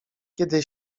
kiedy